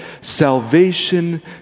salvation